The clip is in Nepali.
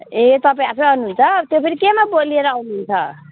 ए तपाईँ आफै आउनुहुन्छ त्यो फेरि केमा पो लिएर आउनुहुन्छ